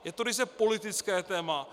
Je to ryze politické téma.